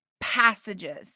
passages